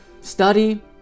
study